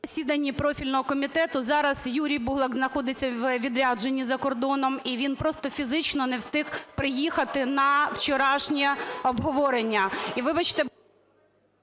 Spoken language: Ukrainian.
…засіданні профільного комітету. Зараз Юрій Буглак знаходиться у відрядженні за кордоном і він просто фізично не встиг приїхати на вчорашнє обговорення. І, вибачте…